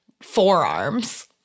forearms